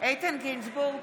איתן גינזבורג,